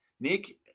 Nick